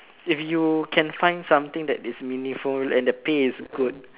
if you can find something that is meaningful and the pay is good